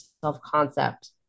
self-concept